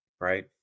right